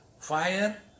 fire